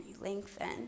lengthen